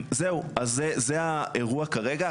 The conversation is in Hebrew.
זהו אז זה האירוע כרגע.